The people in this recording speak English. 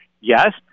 Yes